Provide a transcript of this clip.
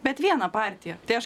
bet vieną partiją tai aš